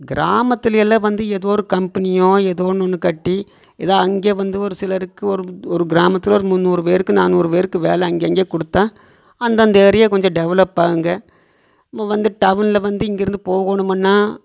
கிராமத்தில் எல்லாம் வந்து எதோ ஒரு கம்பெனியோ எதோ ஒன்று கட்டி எதாது அங்கே வந்து ஒரு சிலருக்கு ஒரு ஒரு கிராமத்தில் ஒரு முன்னூறு பேருக்கு நானூறு பேருக்கு வேலை அங்கங்கே கொடுத்தா அந்தந்த ஏரியா கொஞ்சம் டெவலப்பாகுங்க நம்ம வந்து டவுனில் வந்து இங்கேருந்து போகணுமன்னால்